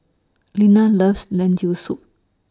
Linna loves Lentil Soup